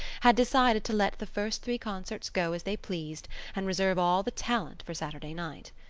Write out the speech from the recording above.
had decided to let the first three concerts go as they pleased and reserve all the talent for saturday night.